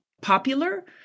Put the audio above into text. popular